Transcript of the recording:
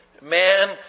Man